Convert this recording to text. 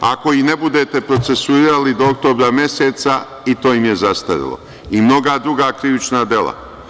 Ako ih ne budete procesuirali do oktobra meseca i to im je zastarelo i mnoga druga krivična dela.